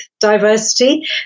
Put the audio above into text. diversity